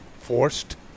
Forced